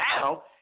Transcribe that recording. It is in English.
now